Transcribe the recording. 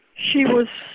she was